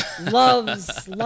love's